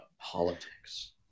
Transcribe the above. politics